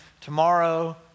tomorrow